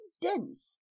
dense